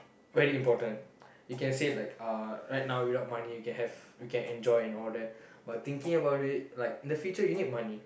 very important you can say like uh right now without money you can have you can enjoy and all that but thinking about it like in the future you need money